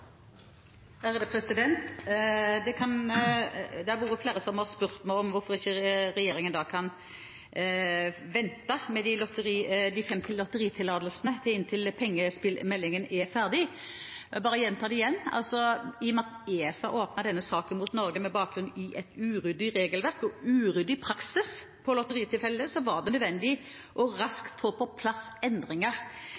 hvorfor ikke regjeringen kan vente med de fem lotteritillatelsene inntil pengespillmeldingen er ferdig. Jeg bare gjentar det: I og med at ESA åpnet sak mot Norge med bakgrunn i et uryddig regelverk og uryddig praksis på lotterifeltet var det nødvendig raskt å få på plass endringer.